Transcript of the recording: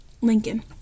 Lincoln